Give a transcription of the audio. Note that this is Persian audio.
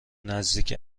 نزدیک